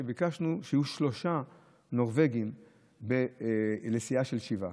ביקשנו שיהיו שלושה נורבגים לסיעה של שבעה.